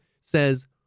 says